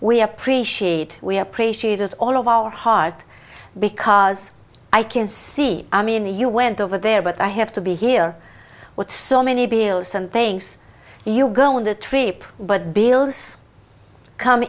we appreciate we appreciate all of our heart because i can see i mean you went over there but i have to be here with so many bills and things you go on the trip but bills come